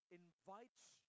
invites